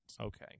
Okay